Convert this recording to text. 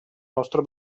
nostro